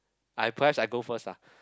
I perhaps I go first ah